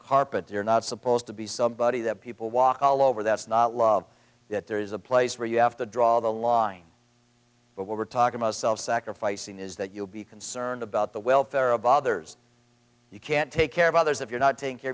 carpet you're not supposed to be somebody that people walk all over that's not love that there is a place where you have to draw the line but we're talking about self sacrificing is that you'll be concerned about the welfare of others you can't take care of others if you're not taking care